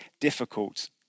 difficult